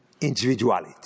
individuality